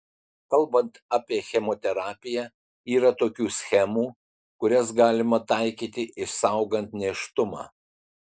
kalbant apie chemoterapiją yra tokių schemų kurias galima taikyti išsaugant nėštumą